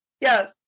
Yes